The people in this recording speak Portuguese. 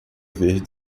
verde